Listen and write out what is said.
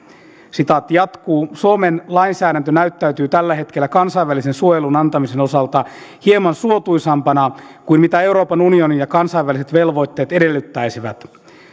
sitaatti jatkuu suomen lainsäädäntö näyttäytyy tällä hetkellä kansainvälisen suojelun antamisen osalta hieman suotuisampana kuin mitä euroopan unionin ja kansainväliset velvoitteet edellyttäisivät